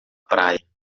praia